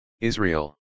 Israel